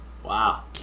Wow